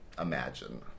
imagine